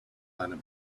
planet